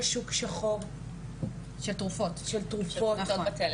יש שוק שחור של תרופות מסוכן.